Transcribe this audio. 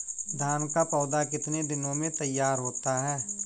धान का पौधा कितने दिनों में तैयार होता है?